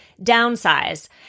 downsize